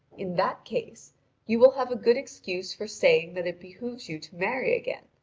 in that case you will have a good excuse for saving that it behoves you to marry again.